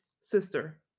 sister